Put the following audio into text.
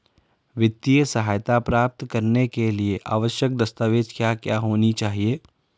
वित्तीय सहायता प्राप्त करने के लिए आवश्यक दस्तावेज क्या क्या होनी चाहिए?